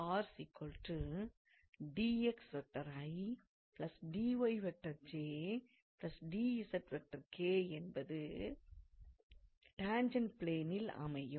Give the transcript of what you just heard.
எனவே என்பது டாண்ஜெண்ட் பிளேனில் அமையும்